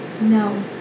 No